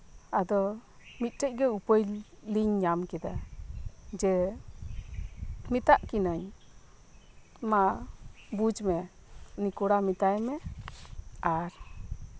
ᱟᱫᱚ ᱢᱤᱫᱴᱮᱱ ᱜᱮ ᱩᱯᱟᱹᱭ ᱞᱤᱧ ᱧᱟᱢ ᱠᱮᱫᱟ ᱡᱮ ᱢᱮᱛᱟᱜ ᱠᱤᱱᱟᱹᱧ ᱢᱟ ᱵᱩᱡᱽ ᱢᱮ ᱩᱱᱤ ᱠᱚᱲᱟ ᱢᱮᱛᱟᱭ ᱢᱮ ᱟᱨ